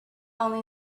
only